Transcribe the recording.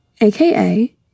aka